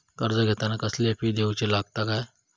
कर्ज घेताना कसले फी दिऊचे लागतत काय?